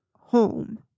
home